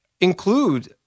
include